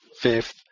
fifth